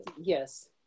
Yes